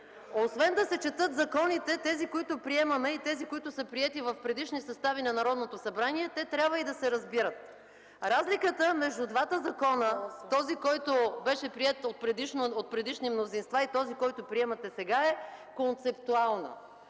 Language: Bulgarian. Освен да се четат законите – тези, които приемаме и тези, които са приети в предишни състави на Народното събрание, те трябва и да се разбират. Разликата между двата закона – този, който беше приет от предишни мнозинства и този, който приемате сега, е концептуална.